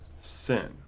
sin